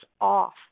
off